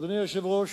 אדוני היושב-ראש,